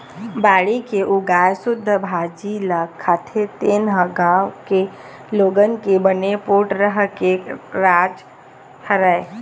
बाड़ी के उगाए सुद्ध सब्जी भाजी ल खाथे तेने ह गाँव के लोगन के बने पोठ रेहे के राज हरय